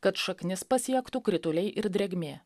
kad šaknis pasiektų krituliai ir drėgmė